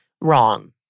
wrong